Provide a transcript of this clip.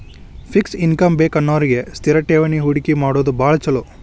fix income ಬೇಕನ್ನೋರಿಗಿ ಸ್ಥಿರ ಠೇವಣಿ ಹೂಡಕಿ ಮಾಡೋದ್ ಭಾಳ್ ಚೊಲೋ